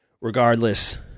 regardless